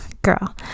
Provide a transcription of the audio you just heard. girl